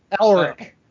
Elric